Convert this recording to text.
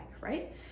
right